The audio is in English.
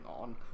on